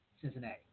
Cincinnati